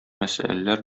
мәсьәләләр